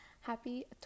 happy